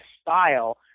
style